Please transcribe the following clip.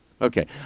Okay